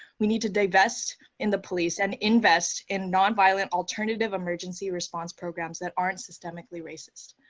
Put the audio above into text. we need to divest in the police and invest in nonviolent alternative emergency response programs that aren't systemically racist.